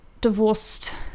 divorced